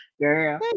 girl